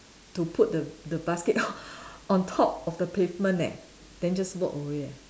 to put the the basket on on top of the pavement eh then just walk away eh